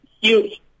huge